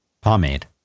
Pomade